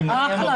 יפה,